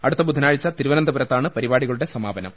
അടുത്ത ബുധനാഴ്ച തിരുവനന്തപുരത്താണ് പരി പാടികളുടെ സമാപനം